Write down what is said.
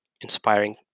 inspiring